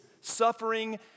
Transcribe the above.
suffering